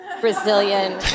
Brazilian